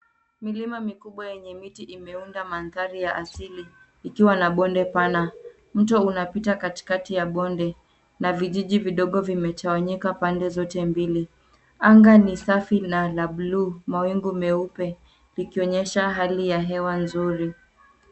Milima mikubwa yenye miti imeunda mandhari ya asili, ikiwa na bonde pana. Mto unapita katikati ya bonde na vijiji kidogo vimetawanyika pande zote mbili. Anga ni safi na bluu, mawingu meupe ikionyesha hali ya hewa nzuri.